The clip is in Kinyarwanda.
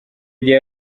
gihe